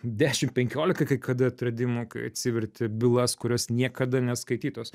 dešim penkiolika kai kada atradimų kai atsiverti bylas kurios niekada neskaitytos